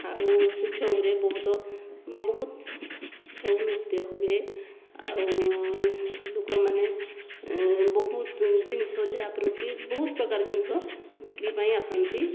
ଆଉ ସେ ଛଉରେ ବହୁତ ବହୁତ ଛଉ ନୃତ୍ୟ ହୁଏ ଆଉ ଲୋକମାନେ ବହୁତ ଜିନିଷ ଯାହା ପର କି ବହୁତ ପ୍ରକାର ଜିନିଷ ବିକ୍ରି ପାଇଁ ଆସନ୍ତି